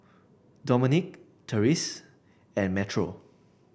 Domonique Terese and Metro